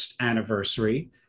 anniversary